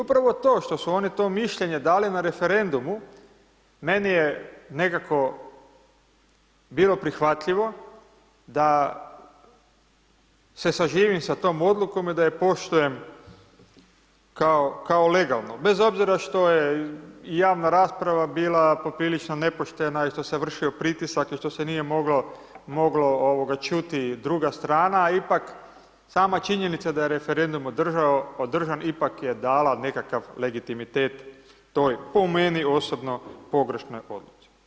I upravo to što su oni to mišljenje dali na referendumu, meni je nekako bilo prihvatljivo da se saživim sa tom odlukom i da je poštujem kao, kao legalnu, bez obzira što je javna rasprava bila poprilično nepoštena i što se vršio pritisak, i što se nije moglo, moglo ovoga čuti i druga strana, ipak sama činjenica da je referendum održao, održan, ipak je dala nekakav legitimitet toj, po meni osobno, pogrešnoj odluci.